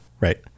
right